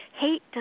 hate